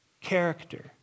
character